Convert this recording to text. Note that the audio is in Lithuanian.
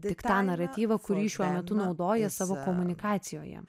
tik tą naratyvą kurį šiuo metu naudoja savo komunikacijoje